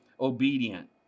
obedient